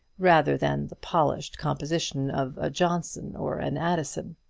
rather than the polished composition of a johnson or an addison.